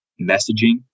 messaging